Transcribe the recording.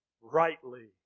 rightly